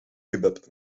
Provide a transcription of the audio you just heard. kebab